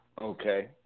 Okay